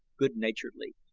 good-naturedly,